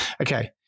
Okay